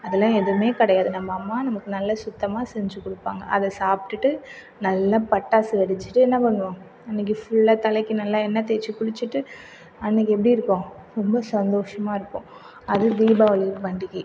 அதெலான் எதுவுமே கிடையாது நம்ப அம்மா நமக்கு நல்ல சுத்தமாக செஞ்சு கொடுப்பாங்க அதை சாப்பிடுட்டு நல்ல பட்டாசு வெடிச்சுட்டு என்ன பண்ணுவோம் அன்றைக்கு ஃபுல்லாக தலைக்கு நல்லா எண்ணெய் தேய்ச்சு குளிச்சுட்டு அன்றைக்கு எப்படி இருக்கும் ரொம்ப சந்தோஷமாக இருக்கும் அது தீபாவளி பண்டிகை